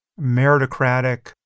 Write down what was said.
meritocratic